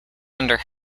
under